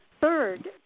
third